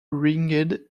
ringed